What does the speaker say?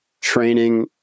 training